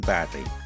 Badly